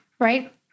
right